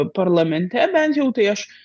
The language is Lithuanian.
parlamente bent jau tai aš